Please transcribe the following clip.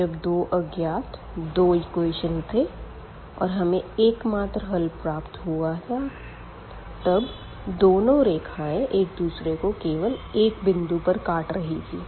तो जब दो अज्ञात दो इक्वेशन थे और हमें एकमात्र हल प्राप्त हुआ था तब दोनो रेखाएँ एक दूसरे को केवल एक बिंदु पर काट रही थी